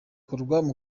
umurava